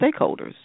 stakeholders